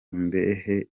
imbehe